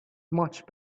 much